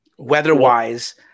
Weather-wise